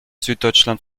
süddeutschland